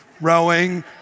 rowing